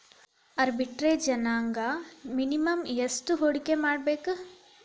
ಆರ್ಬಿಟ್ರೆಜ್ನ್ಯಾಗ್ ಮಿನಿಮಮ್ ಯೆಷ್ಟ್ ಹೂಡ್ಕಿಮಾಡ್ಬೇಕ್?